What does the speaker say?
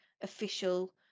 official